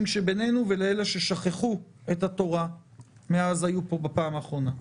שבינינו ולאלה ששכחו את התורה מאז שהיו פה בפעם האחרונה.